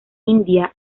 india